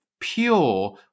pure